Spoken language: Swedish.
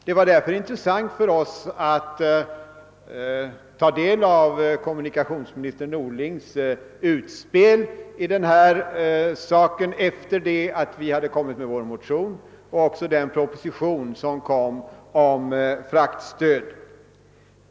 Det var därför intressant för oss att ta del av kommunikationsminister Norlings utspel i denna sak efter det att vi hade väckt vår motion och av den proposition som framlades om fraktstöd.